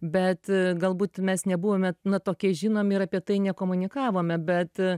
bet galbūt mes nebuvome na tokie žinomi ir apie tai nekomunikavome bet